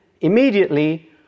immediately